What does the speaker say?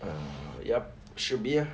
yup should be ah